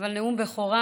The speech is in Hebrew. אבל נאום בכורה